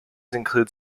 include